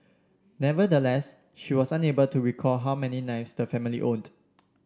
nevertheless she was unable to recall how many knives the family owned